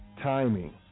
timing